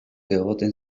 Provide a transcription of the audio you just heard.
egoten